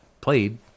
played